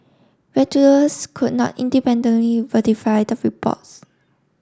Reuters could not independently verify the reports